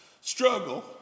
struggle